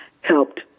helped